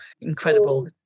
incredible